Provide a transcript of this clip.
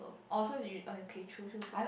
oh so is you oh okay true true true